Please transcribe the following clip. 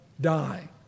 die